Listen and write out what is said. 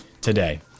today